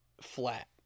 flat